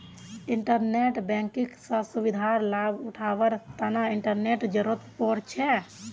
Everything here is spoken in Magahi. इंटरनेट बैंकिंग स सुविधार लाभ उठावार तना इंटरनेटेर जरुरत पोर छे